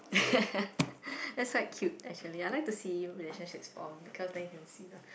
that's like cute actually I like to see relationships form because then you can see the